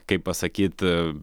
kaip pasakyt